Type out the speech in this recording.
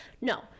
No